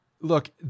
Look